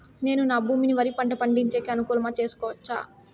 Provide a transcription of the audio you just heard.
నేను నా భూమిని వరి పంట పండించేకి అనుకూలమా చేసుకోవచ్చా?